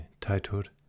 titled